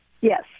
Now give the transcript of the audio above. Yes